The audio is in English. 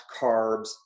carbs